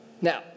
Now